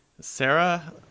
Sarah